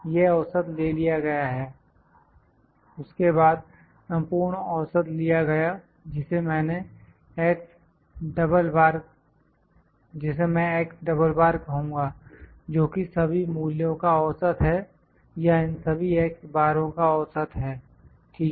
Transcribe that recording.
यह औसत ले लिया गया है उसके बाद संपूर्ण औसत लिया गया जिसे मैं कहूँगा जोकि सभी मूल्यों का औसत है या इन सभी x बारो का औसत है ठीक है